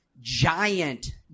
giant